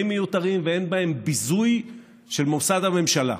מיותרים ואין בהם ביזוי של מוסד הממשלה.